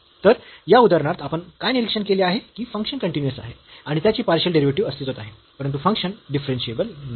तर या उदाहरणात आपण काय निरीक्षण केले आहे की फंक्शन कन्टीन्यूअस आहे आणि त्याचे पार्शियल डेरिव्हेटिव्ह अस्तित्वात आहे परंतु फंक्शन डिफरन्शियेबल नाही